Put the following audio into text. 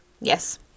Yes